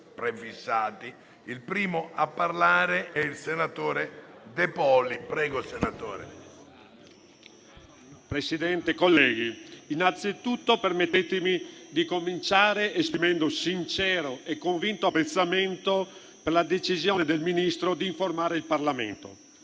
Signor Presidente, colleghi, innanzitutto permettetemi di cominciare esprimendo sincero e convinto apprezzamento per la decisione del Ministro di informare il Parlamento.